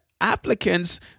applicants